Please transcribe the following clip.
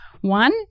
One